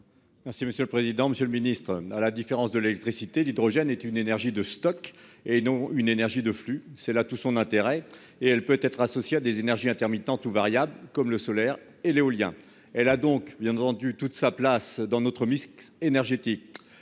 M. Daniel Salmon. Monsieur le ministre, à la différence de l'électricité, l'hydrogène est une énergie de stock et non une énergie de flux. C'est là tout son intérêt : il peut être associé à des énergies intermittentes ou variables, comme le solaire et l'éolien. Il a donc toute sa place dans notre mix énergétique.